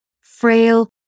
frail